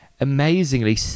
amazingly